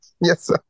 Yes